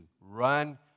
Run